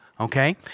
okay